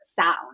sound